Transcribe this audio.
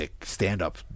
stand-up